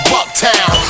Bucktown